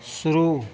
शुरू